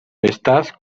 estás